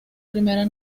primera